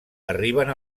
arriben